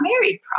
married